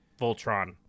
Voltron